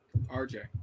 RJ